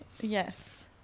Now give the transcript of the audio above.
Yes